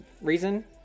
reason